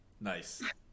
Nice